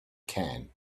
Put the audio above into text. can